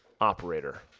operator